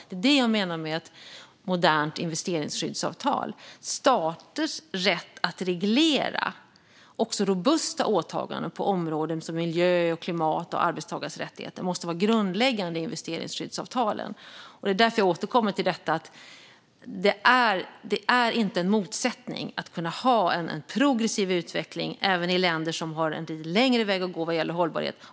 Det är det jag menar med ett modernt investeringsskyddsavtal. Staters rätt att reglera också robusta åtaganden på områden som miljö, klimat och arbetstagares rättigheter måste vara grundläggande i investeringsskyddsavtalen. Det är därför jag återkommer till detta: Det är inte en motsättning att kunna ha en progressiv utveckling även i länder som har en lite längre väg att gå vad gäller hållbarhet.